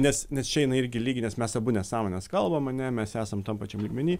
nes nes čia inai irgi lygi nes mes abu nesąmones kalbam ane mes esam tam pačiam lygmeny